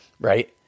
right